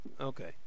Okay